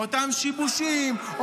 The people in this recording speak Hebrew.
אותם שיבושים,